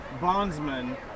bondsman